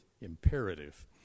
imperative